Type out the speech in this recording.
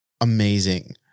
Amazing